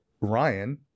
Ryan